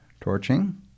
torching